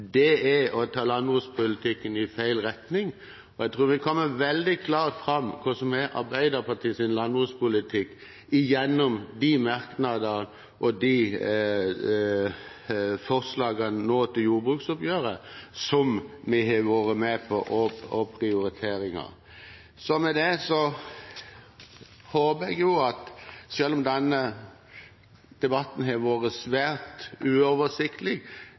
Det er å ta landbrukspolitikken i feil retning. Jeg tror det vil komme veldig klart fram hva som er Arbeiderpartiets landbrukspolitikk – gjennom merknadene og forslagene i forbindelse med jordbruksoppgjøret, der vi har vært med på prioriteringene. Med dette håper jeg at selv om denne debatten har vært svært uoversiktlig